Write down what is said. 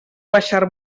baixar